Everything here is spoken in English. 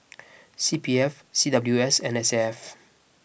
C P F C W S and S A F